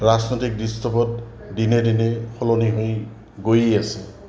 ৰাজনৈতিক দৃশ্যপট দিনে দিনে সলনি হৈ গৈ আছে